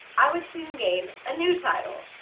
i would soon gain a new title.